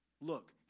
Look